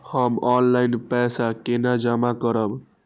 हम ऑनलाइन पैसा केना जमा करब?